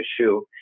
issue